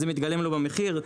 זה מתגלם לו במחיר?